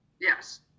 yes